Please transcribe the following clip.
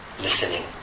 listening